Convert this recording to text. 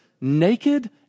naked